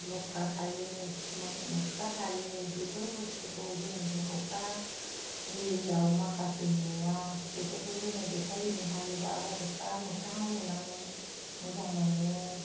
लख्रा थायो मोख्रा थायो बेफोर बुस्तुखौ जोंनि गथ'फ्रा रियेलआव माखासे नुवा बेफोरखौ जोङो देखायहैनो हायोबा गथ'फ्रा मोगथाङाव नुनानै मोजां मोनो